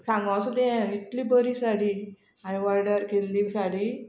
सांगूंक सुद्दां हें इतली बरी साडी हांवें ऑर्डर केल्ली साडी